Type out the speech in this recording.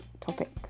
topic